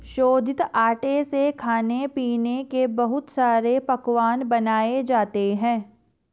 शोधित आटे से खाने पीने के बहुत सारे पकवान बनाये जाते है